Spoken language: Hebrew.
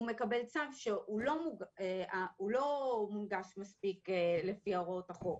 מקבל צו שהוא לא מונגש מספיק לפי ההוראות בחוק.